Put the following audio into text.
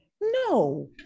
No